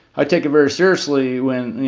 i take it very seriously when, you